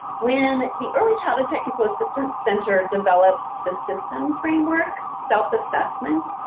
when the early childhood technical assistance center developed the system framework self-assessment,